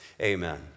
Amen